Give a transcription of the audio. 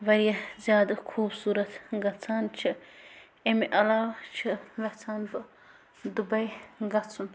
واریاہ زیادٕ خوٗبصوٗرَت گژھان چھِ اَمہِ علاوٕ چھِ وٮ۪ژھان بہٕ دُبَے گَژھُن